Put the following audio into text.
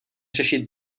řešit